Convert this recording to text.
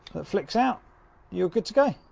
that flicks out you're good to go.